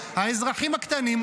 האזרחים הקטנים,